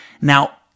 Now